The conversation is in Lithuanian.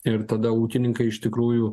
ir tada ūkininkai iš tikrųjų